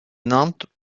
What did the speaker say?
nantes